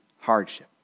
hardship